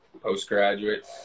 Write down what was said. postgraduate